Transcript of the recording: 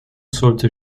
sollte